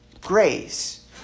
grace